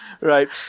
right